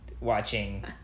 watching